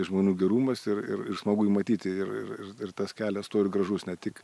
žmonių gerumas ir ir žmoguj matyti ir ir ir tas kelias tuo ir gražus ne tik